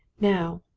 now,